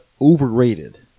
overrated